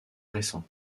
récent